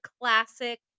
classic